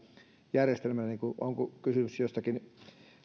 järjestelmällä onko kysymys jostakin